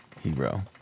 hero